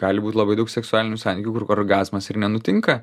gali būt labai daug seksualinių santykių kur orgazmas ir nenutinka